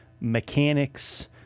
mechanics